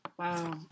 Wow